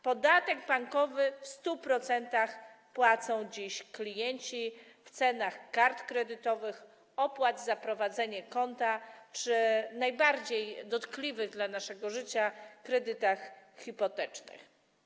Podatek bankowy w 100% płacą dziś klienci - jest to widoczne w cenach kart kredytowych, opłatach za prowadzenie konta czy najbardziej dotkliwych dla naszego życia kredytach hipotecznych.